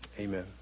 Amen